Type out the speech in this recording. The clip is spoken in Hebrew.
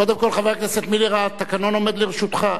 קודם כול, חבר הכנסת מילר, התקנון עומד לרשותך,